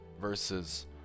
versus